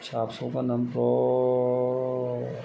फिसा फिसौ गारनानै ब्ल'थ